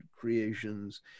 creations